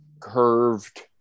curved